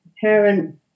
parent